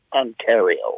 Ontario